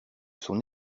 son